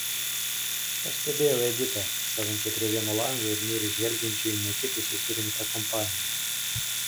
pastebėjau editą stovinčią prie vieno lango ir niūriai žvelgiančią į netikusiai surinktą kompaniją